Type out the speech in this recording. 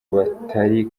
batari